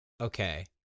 okay